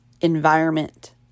environment